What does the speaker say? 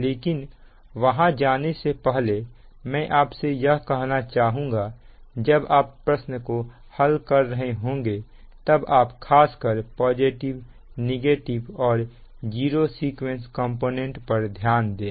लेकिन वहां जाने से पहले मैं आपसे यह कहना चाहूंगा जब आप प्रश्न को हल कर रहे होंगे तब आप खासकर पॉजिटिव नेगेटिव और जीरो सीक्वेंस कॉम्पोनेंट पर ध्यान दें